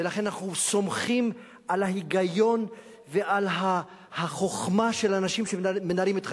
ולכן אנחנו סומכים על ההיגיון ועל החוכמה של אנשים שמנהלים את חיינו.